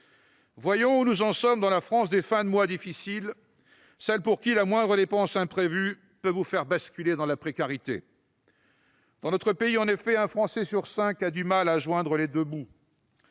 Voyons où en est la France des fins de mois difficiles, celle où la moindre dépense imprévue peut faire basculer dans la précarité. Dans notre pays, en effet, un Français sur cinq a du mal à joindre les deux bouts.